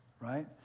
right